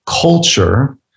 culture